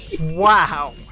Wow